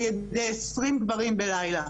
על ידי 20 גברים בלילה.